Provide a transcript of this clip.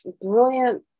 brilliant